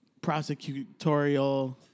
prosecutorial